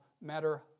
matter